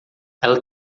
ela